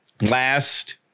last